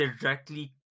directly